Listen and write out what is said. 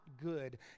good